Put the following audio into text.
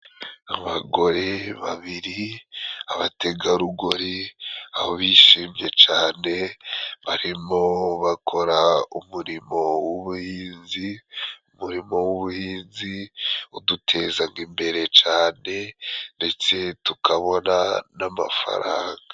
Abagore babiri abategarugori aho bishimye cane barimo bakora umurimo w'ubuhinzi. Umurimo w'ubuhinzi udutezaga imbere cane ndetse tukabona n'amafaranga.